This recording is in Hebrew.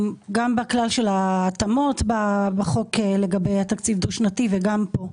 בכלל של ההתאמות בחוק לגבי התקציב הדו-שנתי וגם פה.